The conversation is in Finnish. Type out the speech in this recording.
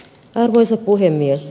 arvoisa puhemies